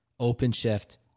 OpenShift